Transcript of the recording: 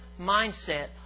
mindset